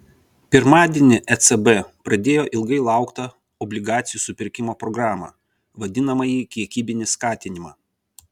pirmadienį ecb pradėjo ilgai lauktą obligacijų supirkimo programą vadinamąjį kiekybinį skatinimą